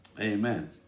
Amen